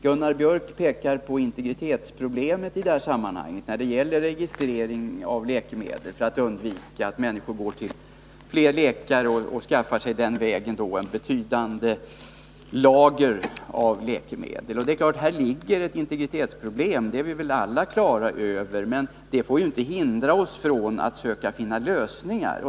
Gunnar Biörck pekar på integritetsproblemet i samband med en registrering för att undvika att människor går till flera läkare och den vägen skaffar sig ett betydande lager av läkemedel. Naturligtvis finns det här ett integritetsproblem — det är vi alla på det klara med. Men det får inte hindra oss från att söka finna lösningar.